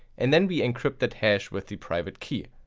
and then we encrypt that hash with the private key.